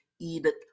Edith